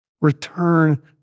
return